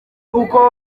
uko